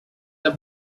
the